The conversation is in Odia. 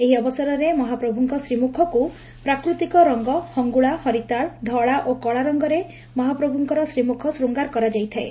ଏହି ଅବସରରେ ମହାପ୍ରଭୁଙ୍କ ଶ୍ରୀମୁଖକୁ ପ୍ରାକୃତିକ ରଙ୍ଗ ହଙ୍ଗୁଳା ହରିତାଳ ଧଳା ଓ କଳା ରଙ୍ଗରେ ମହାପ୍ରଭ୍ରଙ୍କର ଶ୍ରୀମ୍ରଖ ଶୂଙ୍ଗାର କରାଯାଇଥାଏ